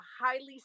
highly